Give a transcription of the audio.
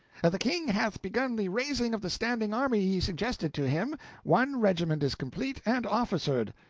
the king hath begun the raising of the standing army ye suggested to him one regiment is complete and officered.